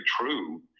true